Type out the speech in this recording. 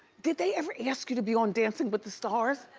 did they ever ask you to be on dancing with the stars?